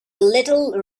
little